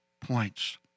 points